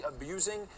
abusing